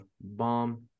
bomb